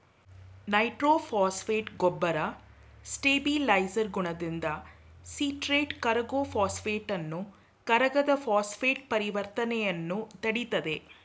nitrophosphate ಗೊಬ್ಬರ stabiliser ಗುಣದಿಂದ citrate ಕರಗೋ ಫಾಸ್ಫೇಟನ್ನು ಕರಗದ ಫಾಸ್ಫೇಟ್ ಪರಿವರ್ತನೆಯನ್ನು ತಡಿತದೆ